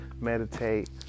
meditate